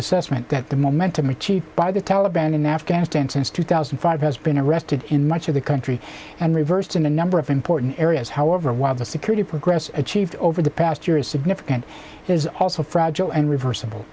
assessment that the momentum achieved by the taliban in afghanistan since two thousand and five has been arrested in much of the country and reversed in a number of important areas however while the security progress achieved over the past year is significant is also fragile and reversible